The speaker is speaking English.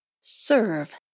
Serve